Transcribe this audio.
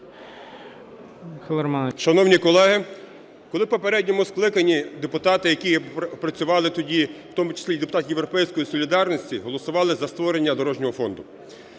Шановні колеги, коли в попередньому скликанні депутати, які працювали тоді, в тому числі і депутати "Європейської солідарності", голосували за створення дорожнього фонду.